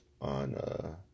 on